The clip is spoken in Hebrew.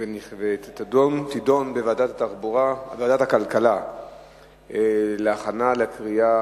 התש"ע 2010, לוועדת הכלכלה נתקבלה.